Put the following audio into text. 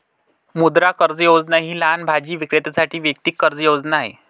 मुद्रा कर्ज योजना ही लहान भाजी विक्रेत्यांसाठी वैयक्तिक कर्ज योजना आहे